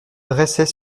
dressait